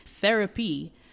Therapy